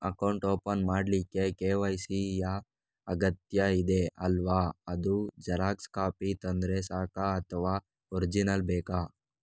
Account open ಮಾಡ್ಲಿಕ್ಕೆ KYC ಯಾ ಅಗತ್ಯ ಇದೆ ಅಲ್ವ ಅದು ಜೆರಾಕ್ಸ್ ಕಾಪಿ ತಂದ್ರೆ ಸಾಕ ಅಥವಾ ಒರಿಜಿನಲ್ ಬೇಕಾ?